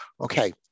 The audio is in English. Okay